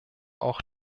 auch